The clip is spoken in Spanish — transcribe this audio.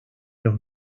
los